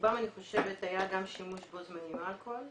ברובן אני חושבת שהיה שימוש בו זמני עם אלכוהול.